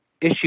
issue